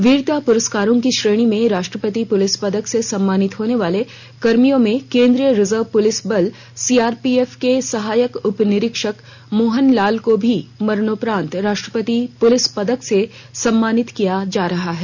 वीरता पुरस्कारों की श्रेणी में राष्ट्रपति पुलिस पदक से सम्मानित होने वाले कर्मियों में केन्द्रीय रिजर्व पुलिस बल सी आर पी एफ के सहायक उप निरीक्षक मोहन लाल को भी मरणोपरांत राष्ट्रपति पुलिस पदक से सम्मानित किया जा रहा है